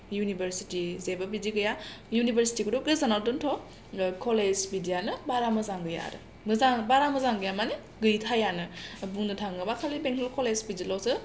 university जेबो बिदि गैया इउनिभारसिटिखौथ' गोजानाव दोनथ' कलेज बिदियानो बारा मोजां गैया आरो मोजां बारा मोजां गैया माने गैथायानो बुंनो थाङोब्ला खालि बेंथल कलेज बिदिल'सो